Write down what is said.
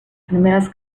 primeras